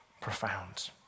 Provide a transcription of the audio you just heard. profound